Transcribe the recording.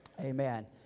amen